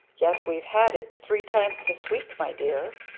yet we've had it three times this week, my dear.